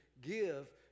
give